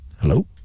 Hello